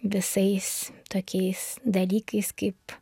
visais tokiais dalykais kaip